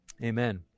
Amen